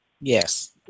yes